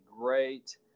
great